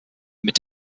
mit